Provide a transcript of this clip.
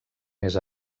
més